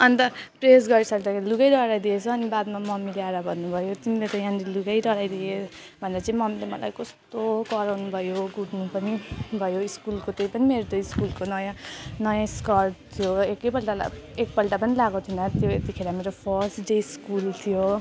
अन्त प्रेस गरिसक्दाखेरि लुगा डढाइदिएछु अनि बादमा मम्मीले आएर भन्नु भयो तिमीले यहाँनेर लुगा डढाइदियौ भनेर चाहिँ मम्मीले मलाई कस्तो कराउनु भयो कुट्नु पनि भयो स्कुलको त्यो पनि मेरो त स्कुलको नयाँ नयाँ स्कर्ट थियो एक पल्ट लगाएको एक पल्ट पनि लगाएको थिइनँ त्यो यतिखेर मेरो फर्स्ट डे स्कुल थियो